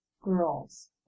girls